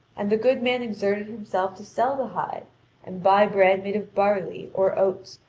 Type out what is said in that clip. and the good man exerted himself to sell the hide and buy bread made of barley, or oats,